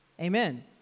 Amen